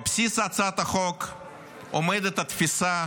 בבסיס הצעת החוק עומדת התפיסה